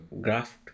graft